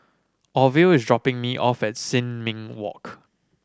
Orville is dropping me off at Sin Ming Walk